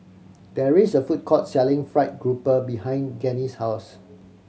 there is a food court selling fried grouper behind Gennie's house